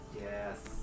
yes